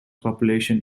population